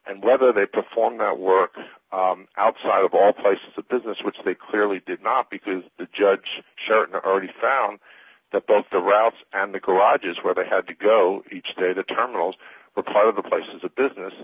and whether they perform that work outside of all places of business which they clearly did not because the judge sharon already found that both the routes and the collages where they had to go each day the terminals were part of the places of business